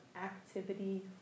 activity